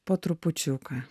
po trupučiuką